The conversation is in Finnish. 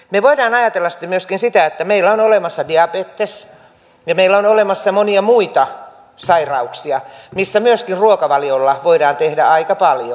me voimme ajatella sitten myöskin sitä että meillä on olemassa diabetes ja meillä on olemassa monia muita sairauksia missä myöskin ruokavaliolla voidaan tehdä aika paljon